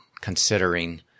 considering